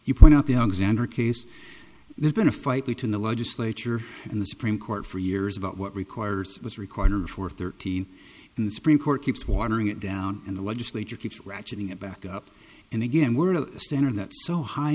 you point out the alexander case there's been a fight between the legislature and the supreme court for years about what requires what's required for thirteen and the supreme court keeps watering it down and the legislature keeps ratcheting it back up and again we're at a standard that so high